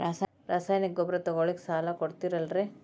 ರಾಸಾಯನಿಕ ಗೊಬ್ಬರ ತಗೊಳ್ಳಿಕ್ಕೆ ಸಾಲ ಕೊಡ್ತೇರಲ್ರೇ?